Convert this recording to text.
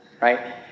right